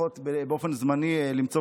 לפחות באופן זמני.